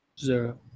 Zero